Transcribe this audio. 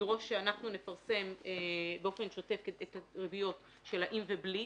נדרוש שאנחנו נפרסם באופן שוטף את הריביות של העם ובלי,